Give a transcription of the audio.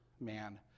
man